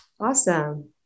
Awesome